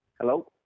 Hello